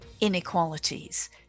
inequalities